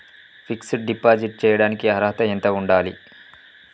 Fix డ్ deposit చేయటానికి అర్హత ఎంత ఉండాలి?